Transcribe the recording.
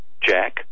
Jack